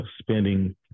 spending